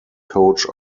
coach